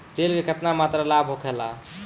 तेल के केतना मात्रा लाभ होखेला?